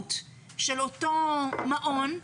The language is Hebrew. העלות של אותו מעון.